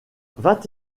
vingt